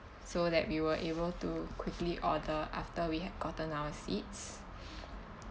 so that we were able to quickly order after we have gotten our seats